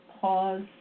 pause